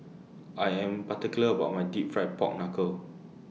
I Am particular about My Deep Fried Pork Knuckle